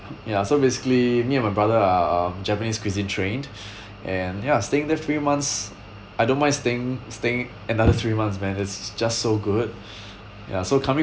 ya so basically me and my brother are japanese cuisine trained and ya staying there three months I don't mind staying staying another three months man is is just so good ya so coming